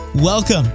Welcome